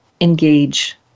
engage